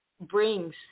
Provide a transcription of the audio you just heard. brings